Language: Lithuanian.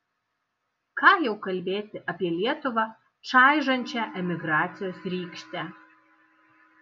ką jau kalbėti apie lietuvą čaižančią emigracijos rykštę